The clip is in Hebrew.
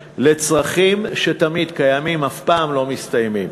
לצרכים שתמיד קיימים ואף פעם לא מסתיימים.